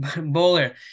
bowler